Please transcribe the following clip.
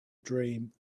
dream